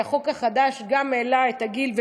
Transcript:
כי החוק החדש גם העלה את הגיל,